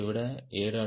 யை விட a